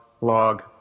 log